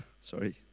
Sorry